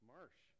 Marsh